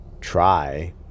try